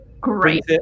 Great